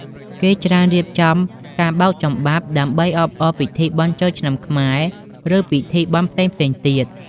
គេច្រើនរៀបចំការបោកចំបាប់ដើម្បីអបអរពិធីបុណ្យចូលឆ្នាំខ្មែរ ឬពិធីបុណ្យផ្សេងៗទៀត។